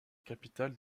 capitale